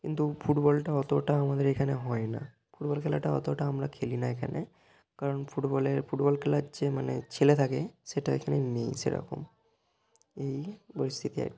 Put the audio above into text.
কিন্তু ফুটবলটা অতোটা আমাদের এইখানে হয় না ফুটবল খেলাটা অতোটা আমরা খেলি না এখানে কারণ ফুটবলের ফুটবল খেলার যে মানে ছেলে থাকে সেটা এখানে নেই সেরকম এই পরিস্থিতি আর কি